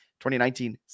2019